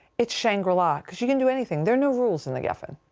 it's shangri-la because you can do anything. there are no rules in the geffen.